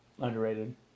Underrated